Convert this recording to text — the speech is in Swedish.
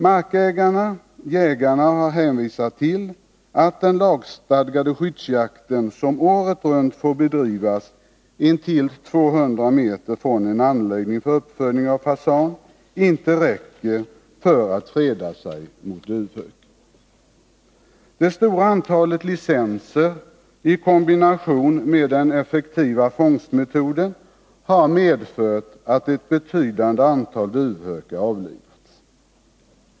Markägarna/jägarna har hänvisat till att den lagstadgade skyddsjakt, som året runt får bedrivas intill 200 m från en anläggning för uppfödning av fasan, inte räcker för att freda sig mot duvhök. Det stora antalet licenser i kombination med den effektiva fångstmetoden har medfört att ett betydande antal duvhökar avlivats.